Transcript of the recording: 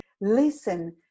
listen